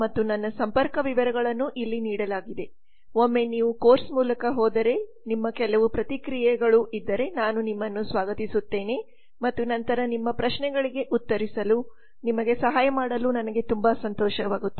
Biplab Datta ಮತ್ತು ನನ್ನ ಸಂಪರ್ಕ ವಿವರಗಳನ್ನು ಇಲ್ಲಿ ನೀಡಲಾಗಿದೆ ಆದ್ದರಿಂದ ಒಮ್ಮೆ ನಾವು ಕೋರ್ಸ್ ಮೂಲಕ ಹೋದರೆ ನೀವು ಕೆಲವು ಪ್ರತಿಕ್ರಿಯೆಗಳನ್ನು ನೀಡಲು ಬಯಸಿದರೆ ನಾನುನಿಮ್ಮನ್ನು ಸ್ವಾಗತಿಸುತ್ತೇನೆ ಮತ್ತು ನಂತರ ನಿಮ್ಮ ಪ್ರಶ್ನೆಗಳಿಗೆ ಉತ್ತರಿಸಲು ನಿಮಗೆ ಸಹಾಯ ಮಾಡಲು ನನಗೆ ತುಂಬಾ ಸಂತೋಷವಾಗುತ್ತದೆ